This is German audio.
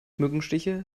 mückenstiche